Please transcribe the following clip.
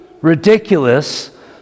ridiculous